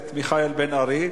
אז ועדת הכנסת תפסוק באיזו ועדה.